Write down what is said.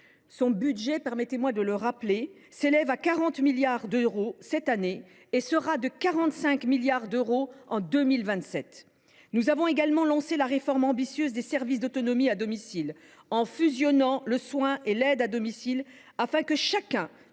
Son budget, je veux le rappeler, s’élève à 40 milliards d’euros cette année et atteindra 45 milliards d’euros en 2027. Nous avons également lancé la réforme ambitieuse des services autonomie à domicile (SAD) en fusionnant le soin et l’aide à domicile, afin que chacun